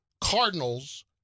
Cardinals